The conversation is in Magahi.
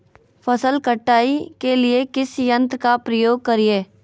फसल कटाई के लिए किस यंत्र का प्रयोग करिये?